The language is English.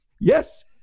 Yes